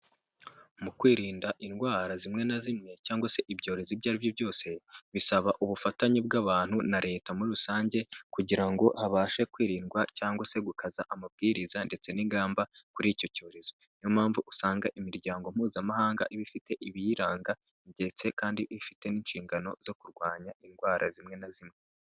Mu kwirinda indwara zimwe na zimwe cyangwa se ibyorezo ibyo aribyo byose, bisaba ubufatanye bw'abantu na Leta muri rusange kugira ngo habashe kwirindwa cyangwa se gukaza amabwiriza ndetse n'ingamba kuri icyo cyorezo. Ni yo mpamvu usanga imiryango mpuzamahanga iba ifite ibiyiranga ndetse kandi ifite n'inshingano zo kurwanya indwara zimwe na zimwe.